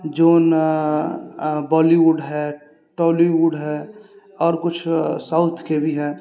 जे बॉलीवुड हइ टोलीवुड हइ आओर किछु साउथके भी हइ